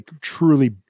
truly